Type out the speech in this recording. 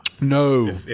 No